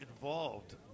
involved